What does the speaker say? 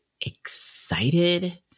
excited